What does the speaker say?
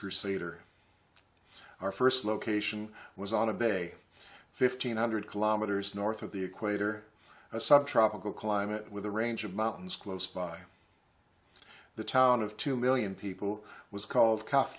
crusader our first location was on a big day fifteen hundred kilometers north of the equator a subtropical climate with a range of mountains close by the town of two million people was called co